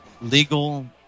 legal